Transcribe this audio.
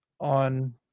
on